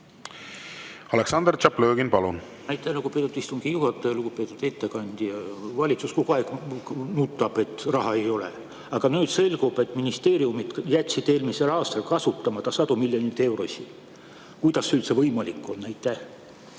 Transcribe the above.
Aleksandr Tšaplõgin, palun!